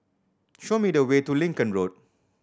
show me the way to Lincoln Road